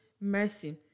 mercy